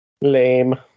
Lame